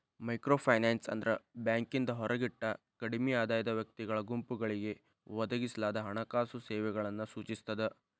microfinance ಅಂದ್ರ ಬ್ಯಾಂಕಿಂದ ಹೊರಗಿಟ್ಟ ಕಡ್ಮಿ ಆದಾಯದ ವ್ಯಕ್ತಿಗಳ ಗುಂಪುಗಳಿಗೆ ಒದಗಿಸಲಾದ ಹಣಕಾಸು ಸೇವೆಗಳನ್ನ ಸೂಚಿಸ್ತದ